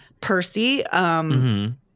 Percy